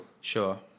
Sure